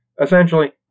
Essentially